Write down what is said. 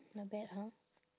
not bad hor